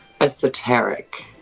Esoteric